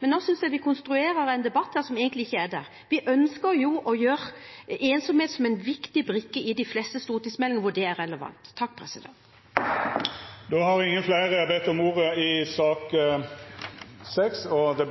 Men nå synes jeg vi konstruerer en debatt som egentlig ikke er der. Vi ønsker å gjøre ensomhet til en viktig brikke i de fleste stortingsmeldinger hvor det er relevant. Fleire har ikkje bedt om ordet til sak nr. 6. Etter